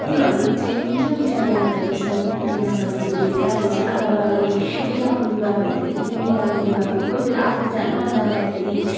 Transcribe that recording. त्योहरू चाहिँ मिठो मिठो यादहरू छन् मेलासँग जोडिएका जो चाहिँ आमाबाबाले मेलाको लुगा भन्नेबित्तिकै मेलाको लुगा पनि कोही बेला आफू नजाँदाखेरि